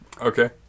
okay